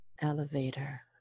elevator